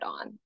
on